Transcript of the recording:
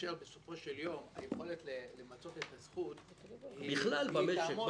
כאשר בסופו של יום היכולת למצות את הזכות תעמוד --- בכלל במשק,